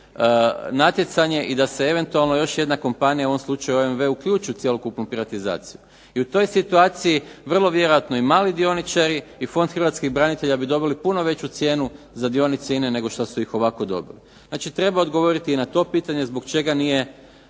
natjecanje i da se eventualno još jedna kompanija, u ovom slučaju OMV uključi u cjelokupnu privatizaciju. I u toj situaciji vrlo vjerojatno i mali dioničari i Fond hrvatskih branitelja bi dobili puno veću cijenu za dionice INA-e nego što su ih ovako dobili. Znači treba odgovoriti i na to pitanje zbog čega nije